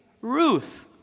Ruth